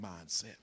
mindset